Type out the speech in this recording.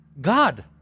God